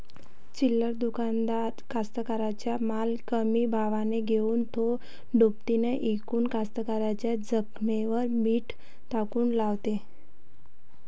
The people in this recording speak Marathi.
चिल्लर दुकानदार कास्तकाराइच्या माल कमी भावात घेऊन थो दुपटीनं इकून कास्तकाराइच्या जखमेवर मीठ काऊन लावते?